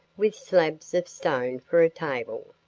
with slabs of stone for a table.